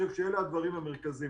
אלה הדברים המרכזיים.